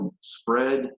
spread